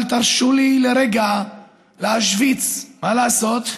אבל תרשו לי לרגע להשוויץ, מה לעשות,